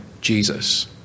Jesus